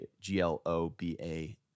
G-L-O-B-A